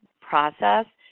process